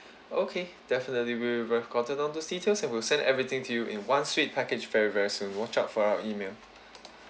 okay definitely we've recorded all this details and we'll send everything to you in one sweet package very very soon watch out for our email